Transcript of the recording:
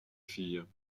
filles